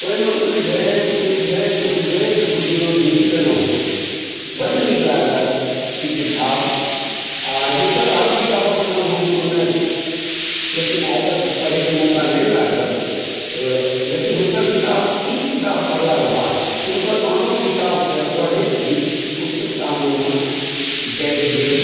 ओहिमे उलझैत उलझैत उलझैत बुझियो डूबि गेलहुँ बड नीक लागल ई किताब आर हुनकर आरो किताबक नाम हम सुनने छी लेकिन आइ तक पढ़ैक मौक़ा नहि लागल लेकिन हुनकर किताब ई किताब पढ़लाक बाद हुनकर आनो किताबक पढ़ैके दिस उत्सुकता मोनमे जागि गेल